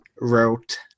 wrote